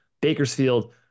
Bakersfield